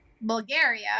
Bulgaria